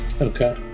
Okay